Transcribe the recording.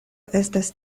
estas